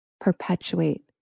perpetuate